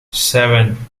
seven